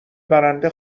برنده